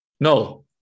No